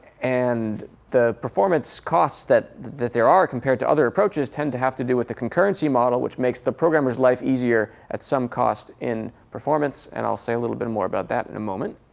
and the performance costs that that there are compared to other approaches tend to have to do with the concurrency model, which makes the programmer's life easier at some cost in performance. and i'll say a little bit more about that in a moment.